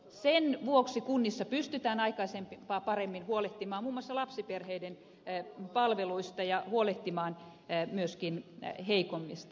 sen vuoksi kunnissa pystytään aikaisempaa paremmin huolehtimaan muun muassa lapsiperheiden palveluista ja huolehtimaan myöskin heikommista